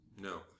No